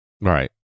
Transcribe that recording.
Right